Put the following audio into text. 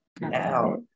now